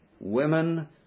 women